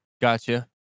gotcha